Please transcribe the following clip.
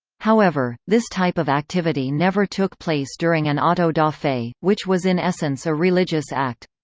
however, this type of activity never took place during an auto-da-fe, which was in essence a religious act.